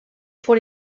pour